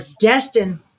destined